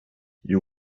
you